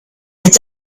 its